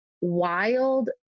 wild